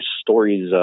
stories